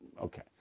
okay